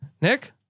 Nick